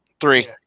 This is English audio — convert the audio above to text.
Three